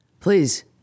please